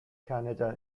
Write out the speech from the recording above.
canada